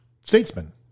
statesman